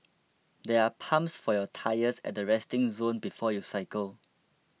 there are pumps for your tyres at the resting zone before you cycle